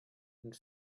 and